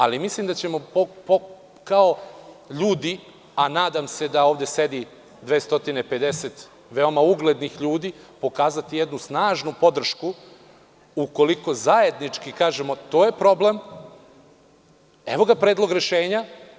Ali, mislim da ćemo kao ljudi, a nadam se da ovde sedi 250 veoma uglednih ljudi, pokazati jednu snažnu podršku ukoliko zajednički kažemo – to je problem, evo ga predlog rešenja.